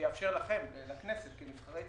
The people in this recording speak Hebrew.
שיאפשר לכם, לכנסת, לנבחרי הציבור,